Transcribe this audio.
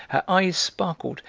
her eyes sparkled,